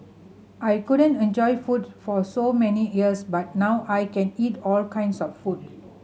I couldn't enjoy food for so many years but now I can eat all kinds of food